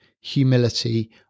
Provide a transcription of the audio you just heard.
humility